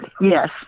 Yes